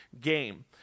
game